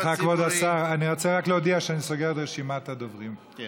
"חוק נטע ברזילי" אנחנו